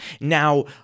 Now